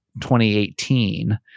2018